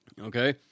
okay